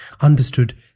Understood